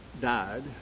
died